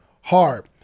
hard